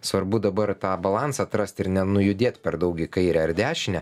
svarbu dabar tą balansą atrasti ir nenujudėt per daug į kairę ar dešinę